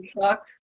talk